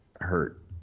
hurt